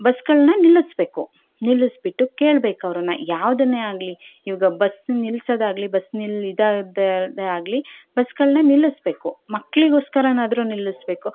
ಬಸ್ಗಳನ್ನ ನಿಲ್ಲಿಸ್ಬೇಕು ನಿಲ್ಲಿಸ್ಬಿಟ್ಟು ಕೇಳ್ಬೇಕು ಅವರನ್ನ ಯಾವುದನ್ನೇ ಆಗಲಿ ಇವಗ ಬಸ್ ನಿಲ್ಲಿಸೋದಾಗ್ಲಿ ಬಸ್ನಿಲ್ ಇದು ದ ಆಗಲಿ ಬಸ್ಗಳನ್ನ ನಿಲ್ಲಿಸ್ಬೇಕು ಮಕ್ಕಳಿಗೋಸ್ಕರನಾದ್ರು ನಿಲ್ಲಿಸ್ಬೇಕು